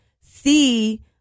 see